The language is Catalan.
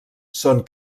són